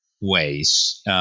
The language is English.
ways